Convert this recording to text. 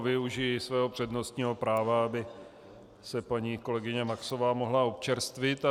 Využiji svého přednostního práva, aby se paní kolegyně Maxová mohla občerstvit.